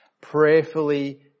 prayerfully